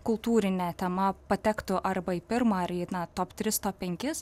kultūrinė tema patektų arba į pirmą ar į na top tris top penkis